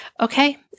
Okay